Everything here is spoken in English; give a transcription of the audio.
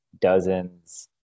dozens